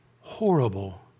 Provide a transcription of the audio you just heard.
horrible